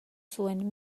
zuen